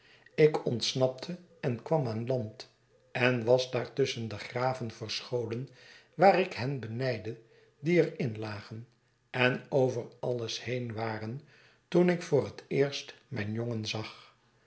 ik ontsnapte en kwam aan land en was daar tusschen de graven verscholen waar ik hen benijdde die er in lagen en over alles heen waren toen ik voor het eerst mijn jongen zag